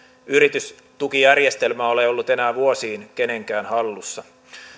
yritystukijärjestelmä ole ollut enää vuosiin kenenkään hallussa